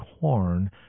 corn